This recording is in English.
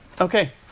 Okay